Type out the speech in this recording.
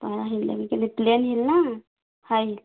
ହଁ heel plain hill ନା high heel